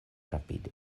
rapidi